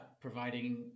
providing